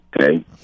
Okay